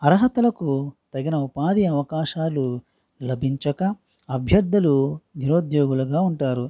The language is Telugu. అర్హతలకి తగిన ఉపాధి అవకాశాలు లభించక అభ్యర్థులు నిరుద్యోగులుగా ఉంటారు